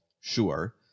sure